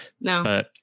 No